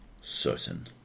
certain